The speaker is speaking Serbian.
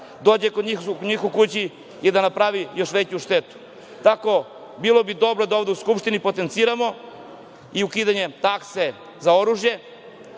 dođe kod njih u kući i da napravi još veću štetu. Bilo bi dobro da ovde u Skupštini potenciramo i ukidanje takse za oružje